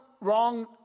wrong